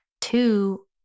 two